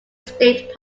state